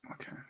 Okay